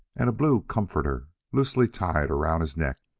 and a blue comforter loosely tied around his neck